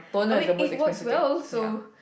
I mean it works well so